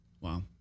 Wow